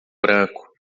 branco